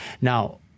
Now